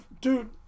Dude